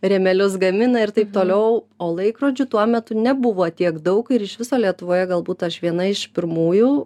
rėmelius gamina ir taip toliau o laikrodžių tuo metu nebuvo tiek daug ir iš viso lietuvoje galbūt aš viena iš pirmųjų